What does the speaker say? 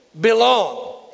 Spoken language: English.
belong